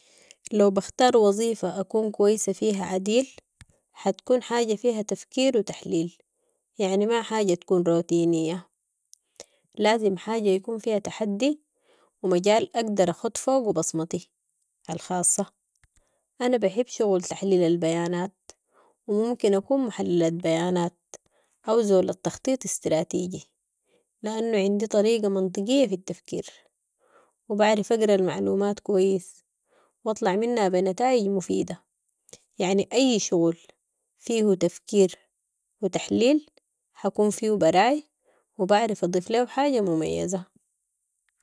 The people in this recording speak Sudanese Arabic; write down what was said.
لو بختار وظيفة اكون كويسة فيها عديل، حتكون حاجة فيها تفكير و تحليل، يعني ما حاجة تكون روتينية، لازم حاجة يكون فيها تحدي و مجال اقدر اخت فوقو بصمتي الخاصة، انا بحب شغل تحليل البيانات و ممكن اكون محللة بيانات او زول التخطيط استراتيجي، ل انو عندي طريقة منطقية في التفكير و بعرف اقر ا المعلومات كويس و اطلع منها بنتائج مفيدة، يعني اي شغل فيهو تفكير و تحليل، حكون فيهو بر اي و بعرف اضيف لهيو حاجة مميزة.